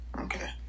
Okay